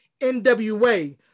NWA